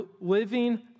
living